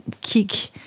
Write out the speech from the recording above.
kick